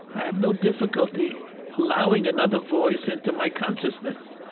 i have no difficulty allowing another voice into my consciousness